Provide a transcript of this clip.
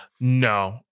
no